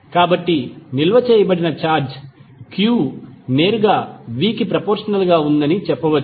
కాబట్టి నిల్వ చేయబడిన ఛార్జ్ q నేరుగా v కి ప్రపొర్షనల్ గా ఉందని చెప్పవచ్చు